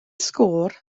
sgôr